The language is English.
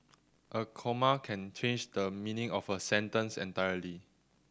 a comma can change the meaning of a sentence entirely